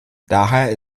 daher